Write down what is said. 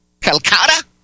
Calcutta